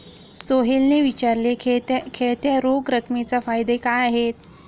सोहेलने विचारले, खेळत्या रोख रकमेचे फायदे काय आहेत?